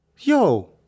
Yo